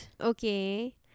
Okay